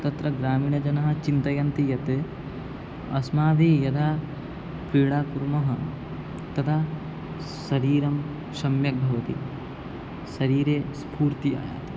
तत्र ग्रामीणजनाः चिन्तयन्ति यत् अस्माभिः यदा क्रीडां कुर्मः तदा शरीरं सम्यक् भवति शरीरे स्फूर्तिः आयाति